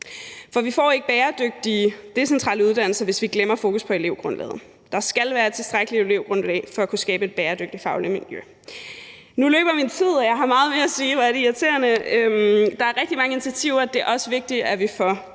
For vi får ikke bæredygtige decentrale uddannelser, hvis vi glemmer at have fokus på elevgrundlaget. Der skal være et tilstrækkeligt elevgrundlag for at kunne skabe et bæredygtigt fagligt miljø. Nu løber min tid, og jeg har meget mere at sige – hvor er det irriterende. Der er rigtig mange initiativer. Og det er også vigtigt, at vi får